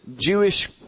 Jewish